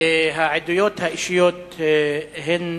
כפי שאמר חברי חבר הכנסת ברכה, העדויות האישיות הן